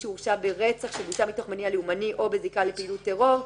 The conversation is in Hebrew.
שהורשע ברצח של אישה מתוך מניע לאומני או בזיקה לפעילות טרור.